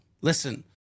Listen